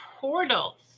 portals